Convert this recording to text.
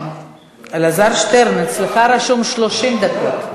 אלעזר שטרן, אצלך רשום 30 דקות.